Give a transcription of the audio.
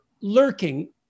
lurking